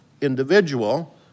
individual